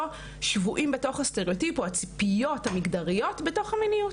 שבויים בתוך הסטראוטיפ או הציפיות המגדריות בתוך המיניות.